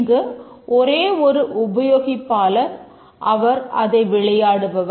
இங்கு ஒரே ஒரு உபயோகிப்பாளர் அவர் அதை விளையாடுபவர்